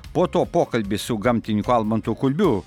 po to pokalbis su gamtininku almantu kulbiu